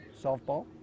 softball